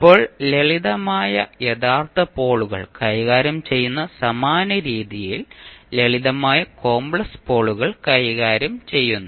ഇപ്പോൾ ലളിതമായ യഥാർത്ഥ പോളുകൾ കൈകാര്യം ചെയ്യുന്ന സമാന രീതിയിൽ ലളിതമായ കോമ്പ്ലെക്സ് പോളുകൾ കൈകാര്യം ചെയ്യുന്നു